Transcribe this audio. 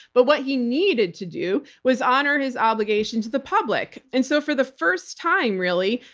but what he needed to do was honor his obligation to the public. and so for the first time, really,